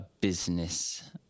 business